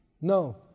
no